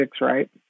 right